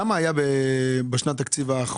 כמה ניתן לנושא הזה בשנת התקציב האחרונה?